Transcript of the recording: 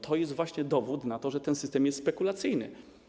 To jest właśnie dowód na to, że ten system jest spekulacyjny.